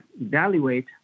evaluate